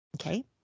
Okay